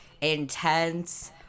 intense